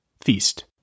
Feast